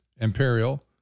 Imperial